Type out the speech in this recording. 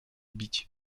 bić